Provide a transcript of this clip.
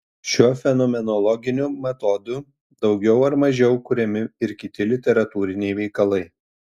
šiuo fenomenologiniu metodu daugiau ar mažiau kuriami ir kiti literatūriniai veikalai